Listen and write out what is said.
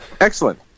excellent